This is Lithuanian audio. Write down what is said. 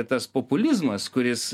tas populizmas kuris